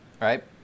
right